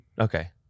okay